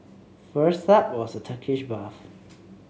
first up was the Turkish bath